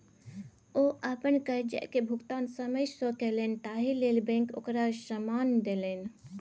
ओ अपन करजाक भुगतान समय सँ केलनि ताहि लेल बैंक ओकरा सम्मान देलनि